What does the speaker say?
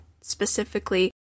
specifically